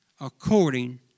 according